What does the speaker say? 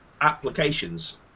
applications